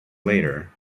later